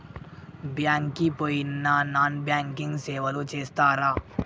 Bank కి పోయిన non banking సేవలు చేస్తరా?